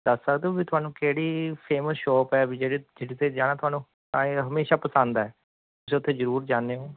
ਦੱਸ ਸਕਦੇ ਹੋ ਵੀ ਤੁਹਾਨੂੰ ਕਿਹੜੀ ਫੇਮਸ ਸ਼ੋਪ ਹੈ ਵੀ ਜਿਹੜੀ ਜਿੱਥੇ ਜਾਣਾ ਤੁਹਾਨੂੰ ਤਾਂ ਇਹ ਹਮੇਸ਼ਾ ਪਸੰਦ ਹੈ ਤੁਸੀਂ ਉੱਥੇ ਜ਼ਰੂਰ ਜਾਂਦੇ ਹੋ